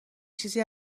چیزی